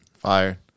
Fire